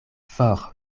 for